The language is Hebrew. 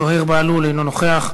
חבר הכנסת זוהיר בהלול, אינו נוכח.